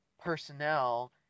personnel